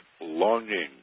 Longing